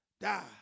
die